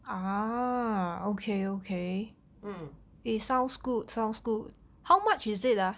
mm